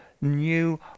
new